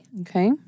Okay